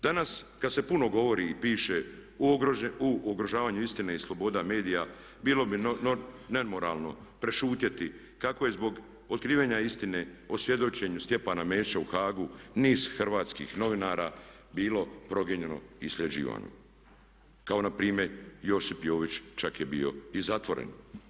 Danas kada se puno govori i piše o ugrožavanju istine i sloboda medija bilo bi nemoralno prešutjeti kako je zbog otkrivanja istine o svjedočenju Stjepana Mesića u Hagu niz hrvatskih novinara bilo progonjeno i … kao npr. Josip Jović čak je bio i zatvoren.